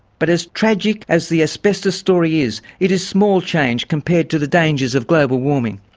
but as tragic as the asbestos story is, it is small change compared to the dangers of global warming.